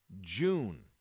June